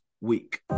week